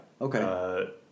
okay